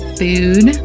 food